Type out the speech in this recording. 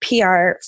PR